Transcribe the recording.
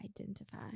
identify